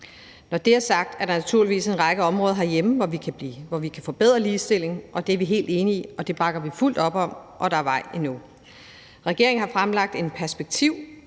Når det er sagt, er der naturligvis en række områder herhjemme, hvor vi kan forbedre ligestillingen. Det er vi helt enige i, det bakker vi fuldt op om, men der er et stykke vej endnu. Regeringen har fremlagt en perspektiv-